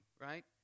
right